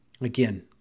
Again